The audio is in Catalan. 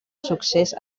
succés